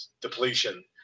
depletion